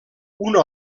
una